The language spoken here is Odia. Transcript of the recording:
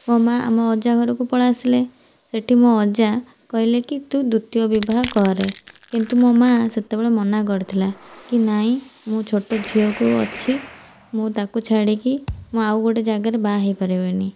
ମୋ ମା ମୋ ଅଜା ଘରକୁ ପଳା ଆସିଲେ ସେଠି ମୋ ଅଜା କହିଲେକି ତୁ ଦ୍ୱିତୀୟ ବିବାହ କରେ କିନ୍ତୁ ମୋ ମା ସେତେବେଳେ ମନା କରିଥିଲା କି ନାଇଁ ମୋ ଛୋଟ ଝିଅକୁ ଅଛି ମୁଁ ତାକୁ ଛାଡ଼ିକି ମୁଁ ଆଉ ଗୋଟିଏ ଜାଗାରେ ବାହା ହୋଇ ପାରିବିନି